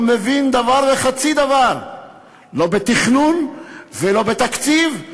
לא מבין דבר וחצי דבר, לא בתכנון ולא בתקציב,